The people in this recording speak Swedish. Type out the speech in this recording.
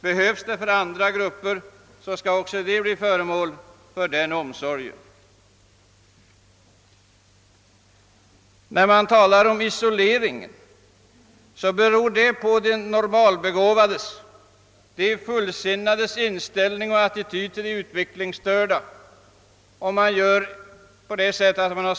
Behövs det för andra grupper skall också de bli föremål för den omsorgen. Om det blir den isolering som det talas om i utskottsutlåtandet beror det på de normalbegåvades — de fullsinnades — inställning och attityd till de utvecklingsstörda.